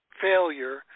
failure